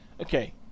Okay